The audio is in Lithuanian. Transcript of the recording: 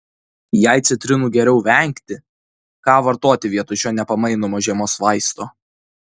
jei citrinų geriau vengti ką vartoti vietoj šio nepamainomo žiemos vaisto